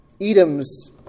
Edom's